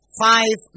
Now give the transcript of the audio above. five